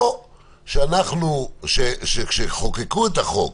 או כשחוקקו את החוק